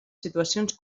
situacions